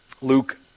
Luke